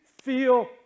feel